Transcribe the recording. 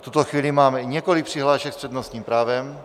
V tuto chvíli mám několik přihlášek s přednostním právem.